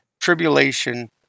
tribulation